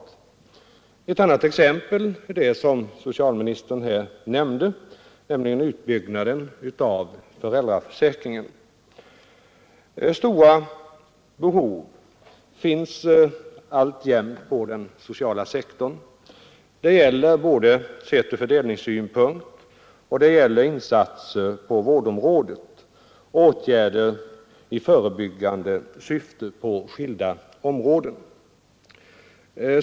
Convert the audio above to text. Ett annat exempel som socialministern här nämnde är utbyggnaden av föräldraförsäkringen. Stora behov finns alltjämt på den sociala sektorn. Det gäller sett från fördelningssynpunkt liksom beträffande insatser på vårdområdet, åtgärder i förebyggande syfte på skilda områden.